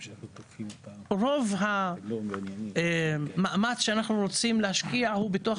כי רוב המאמץ שאנחנו רוצים להשקיע הוא בתוך